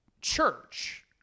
church